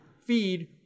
feed